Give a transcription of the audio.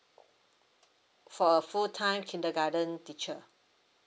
for a full time kindergarten teacher